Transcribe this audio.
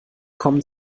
kommen